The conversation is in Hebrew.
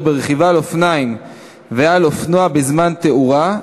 ברכיבה על אופניים ועל אופנוע בזמן תאורה),